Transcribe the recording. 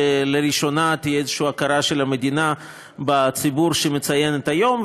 שלראשונה תהיה איזושהי הכרה של המדינה בציבור שמציין את היום,